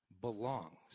belongs